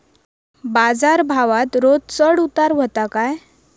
बाजार भावात रोज चढउतार व्हता काय?